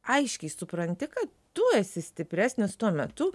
aiškiai supranti kad tu esi stipresnis tuo metu